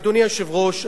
אדוני היושב-ראש,